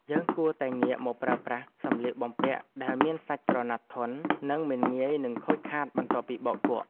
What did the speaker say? យើងគួរតែងាកមកប្រើប្រាស់សម្លៀកបំពាក់ដែលមានសាច់ក្រណាត់ធន់ និងមិនងាយនឹងខូចខាតបន្ទាប់ពីបោកគក់។